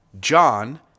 John